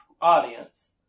audience